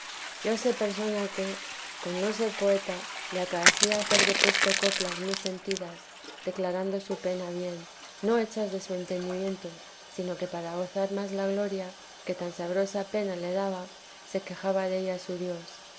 yo sé persona que con no ser poeta le acaecía hacer de presto coplas muy sentidas declarando su pena bien no hechas de su entendimiento sino que para gozar más la gloria que tan sabrosa pena le daba se quejaba della a su dios